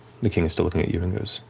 the king's still looking at you and goes,